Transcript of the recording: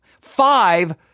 Five